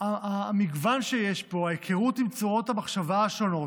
המגוון שיש פה, ההיכרות עם צורות המחשבה השונות,